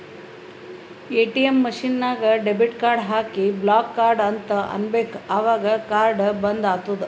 ATM machine ನಾಗ್ debit card ಹಾಕಿ block card ಅಂತ್ ಅನ್ಬೇಕ ಅವಗ್ ಕಾರ್ಡ ಬಂದ್ ಆತ್ತುದ್